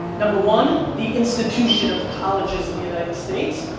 number one, the institution of colleges in the united states.